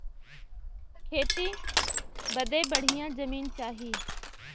खेती बदे बढ़िया जमीन चाही